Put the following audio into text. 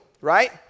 right